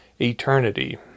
eternity